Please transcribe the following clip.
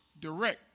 direct